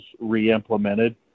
re-implemented